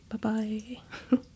Bye-bye